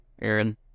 Aaron